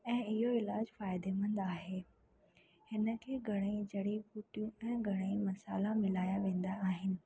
ऐं इहो इलाजु फ़ाइदेमंद आहे हिन खे घणेई जड़ीबुटियूं ऐं घणे ई मसाला मिलाया वेंदा आहिनि